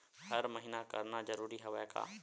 हर महीना करना जरूरी हवय का?